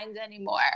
anymore